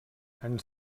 ens